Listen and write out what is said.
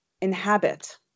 inhabit